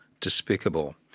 despicable